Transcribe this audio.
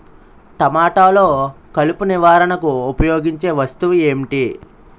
టమాటాలో కలుపు నివారణకు ఉపయోగించే వస్తువు ఏంటి?